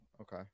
Okay